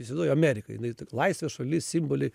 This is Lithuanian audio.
įsivaizduoji amerika jinai tokia laisvė šalis simboliai